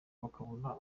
bakabura